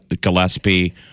Gillespie